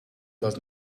does